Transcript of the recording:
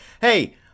hey